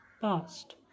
past